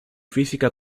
física